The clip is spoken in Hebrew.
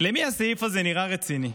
למי הסעיף הזה נראה רציני?